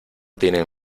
tienen